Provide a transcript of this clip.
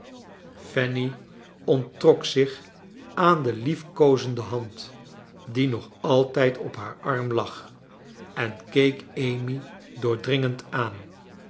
fanny onttrok zich aan de liefkoozende hand die nog altijd op haar arm lag en keek amy doordringend aan